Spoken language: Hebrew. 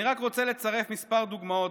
אני רק רוצה לצרף כמה דוגמאות,